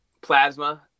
plasma